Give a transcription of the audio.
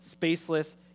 spaceless